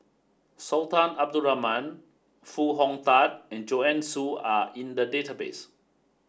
Sultan Abdul Rahman Foo Hong Tatt and Joanne Soo are in the database